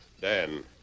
Dan